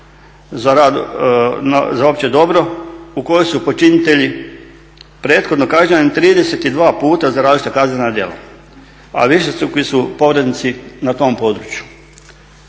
za opće dobro u kojoj su počinitelji prethodno kažnjavani 32 puta za različita kaznena djela a višestruki su povrednici na tom području.